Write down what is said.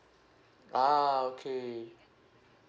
ah okay